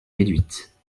réduite